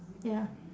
ya